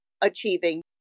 achieving